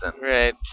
Right